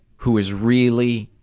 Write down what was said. who is really